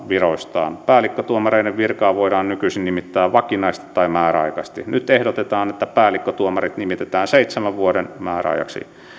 viroistaan päällikkötuomareiden virkaan voidaan nykyisin nimittää vakinaisesti tai määräaikaisesti nyt ehdotetaan että päällikkötuomarit nimitetään seitsemän vuoden määräajaksi